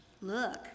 Look